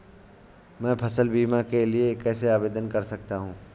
मैं फसल बीमा के लिए कैसे आवेदन कर सकता हूँ?